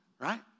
right